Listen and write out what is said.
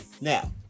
Now